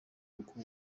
bukungu